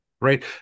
right